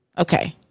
Okay